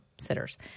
sitters